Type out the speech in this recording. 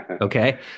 Okay